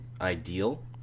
ideal